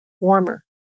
warmer